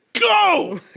Go